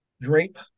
Drape